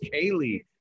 Kaylee